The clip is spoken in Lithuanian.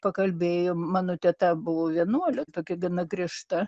pakalbėjom mano teta buvo vienuolė tokia gana griežta